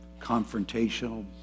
confrontational